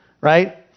right